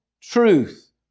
Truth